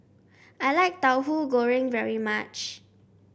I like Tauhu Goreng very much